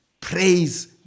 Praise